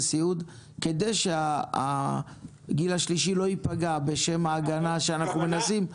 סיעוד כדי שהגיל השלישי לא יפגע בשם ההגנה שאנחנו מנסים ---,